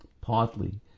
Partly